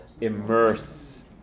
Immerse